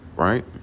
Right